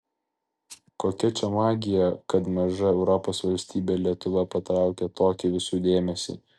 kokia čia magija kad maža europos valstybė lietuva patraukia tokį visų dėmesį